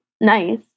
nice